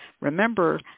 Remember